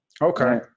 Okay